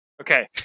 Okay